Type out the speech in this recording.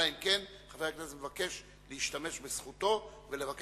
אלא אם כן חבר הכנסת משתמש בזכותו ומבקש